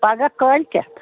پگاہ کٲلۍ کٮ۪تھ